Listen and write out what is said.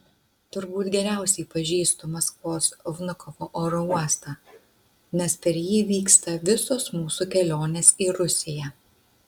turbūt geriausiai pažįstu maskvos vnukovo oro uostą nes per jį vyksta visos mūsų kelionės į rusiją